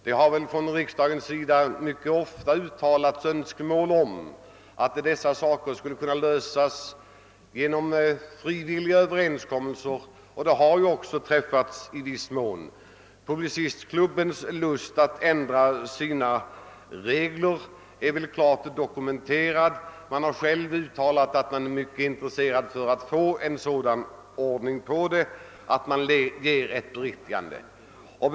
Det har från riksdagens sida mycket ofta uttalats önskemål om att dessa angelägenheter skulle kunna lösas genom frivilliga överenskommelser: Sådana har i viss mån också träffats. Publicistklubbens lust att ändra sina regler är väl klart dokumenterad. Man har själv uttalat att man inom klubben är intresserad av att få en sådan ordning till stånd att ett beriktigande också ges.